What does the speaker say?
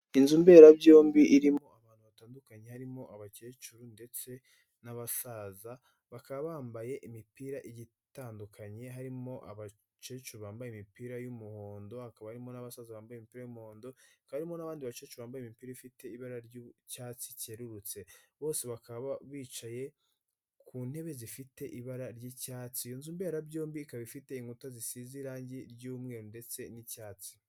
Inzu mberabyombi irimo abantu batandukanye harimo abacecuru ndetse n'abasaza bakaba bambaye imipira itandukanye, harimo abacecuru bambaye imipira y'umuhondo hakaba harimo n'abasaza bambaye imipira y'umuhondo, hakaba harimo n'abandi bacecuru bambaye imipira ifite ibara ry'icyatsi cyererutse, bose bakaba bicaye ku ntebe zifite ibara ry'icyatsi. Iyo nzu mberabyombi ikaba ifite inkuta zisize irangi ry'umweru ndetse n'icyatsi.